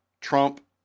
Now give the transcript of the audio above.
Trump